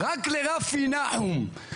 רק לרפי נחום,